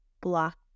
block